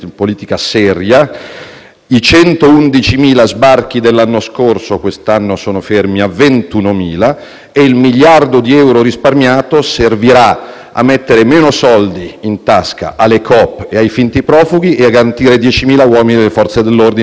i 111.000 sbarchi dell'anno scorso quest'anno sono fermi a 21.000 e il miliardo di euro risparmiato servirà a mettere meno soldi in tasca alle coop e ai finti profughi e a garantire 10.000 uomini delle Forze dell'ordine per la sicurezza del nostro Paese.